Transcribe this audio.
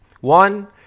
One